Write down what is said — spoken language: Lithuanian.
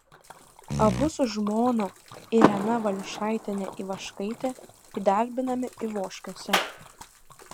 abu su žmona irena valiušaitiene ivaškaite įdarbinami ivoškiuose